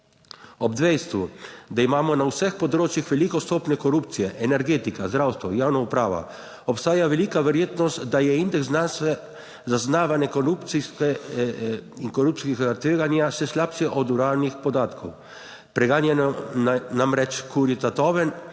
Ob dejstvu, da imamo na vseh področjih veliko stopnjo korupcije, energetika, zdravstvo, javna uprava, obstaja velika verjetnost, da je indeks zaznavane korupcije in korupcijskega tveganja še slabši od uradnih podatkov. Preganjajo namreč kurje tatove,